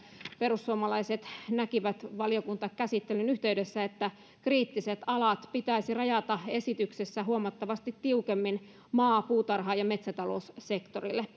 perussuomalaiset näkivät valiokuntakäsittelyn yhteydessä että kriittiset alat pitäisi rajata esityksessä huomattavasti tiukemmin maa puutarha ja metsätaloussektorille